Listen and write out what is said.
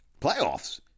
playoffs